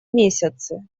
месяцы